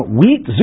wheat